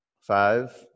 Five